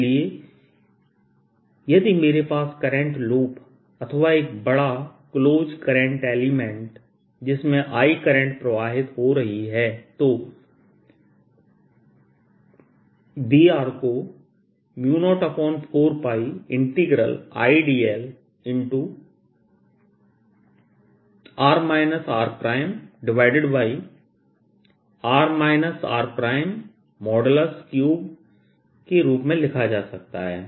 इसलिए यदि मेरे पास करंट लूप अथवा एक बड़ा क्लोज करंट एलिमेंट जिसमें I करंट प्रवाहित हो रही है तो B को 04πIdl×r rr r3 के रूप में लिखा जा सकता है